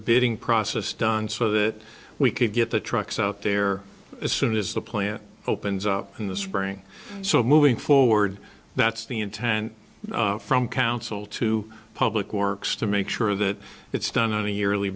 bidding process done so that we could get the trucks out there as soon as the plant opens up in the spring so moving forward that's the intent from council to public works to make sure that it's done on a yearly